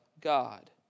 God